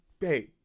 hey